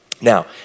Now